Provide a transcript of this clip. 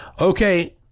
Okay